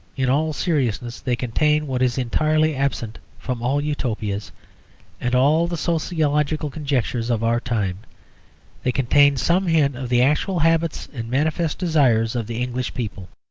in all seriousness, they contain what is entirely absent from all utopias and all the sociological conjectures of our time they contain some hint of the actual habits and manifest desires of the english people.